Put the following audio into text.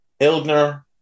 Ilgner